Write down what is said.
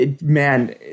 man